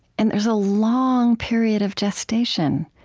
and there's a long period of gestation.